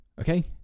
okay